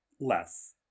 less